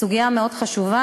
הסוגיה מאוד חשובה,